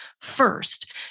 First